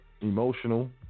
emotional